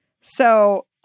So-